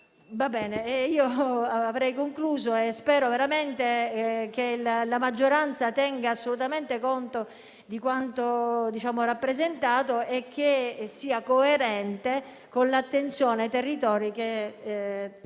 Avrei concluso. Spero veramente che la maggioranza tenga conto di quanto ho rappresentato e che sia coerente con l'attenzione ai territori che